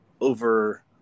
over